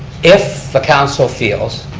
if the council feels,